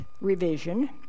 revision